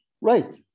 Right